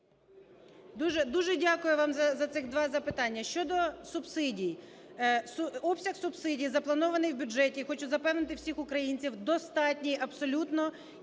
Дуже дякую вам за ці два запитання. Щодо субсидій. Обсяг субсидій, запланований в бюджеті, я хочу запевнити всіх українців, достатній абсолютно